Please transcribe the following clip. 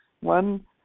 one